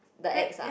the ex ah